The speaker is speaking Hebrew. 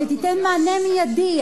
שתיתן מענה מיידי.